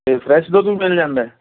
ਅਤੇ ਫਰੈਸ਼ ਦੁੱਧ ਵੀ ਮਿਲ ਜਾਂਦਾ